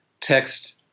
text